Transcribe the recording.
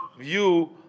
view